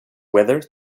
whether